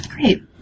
Great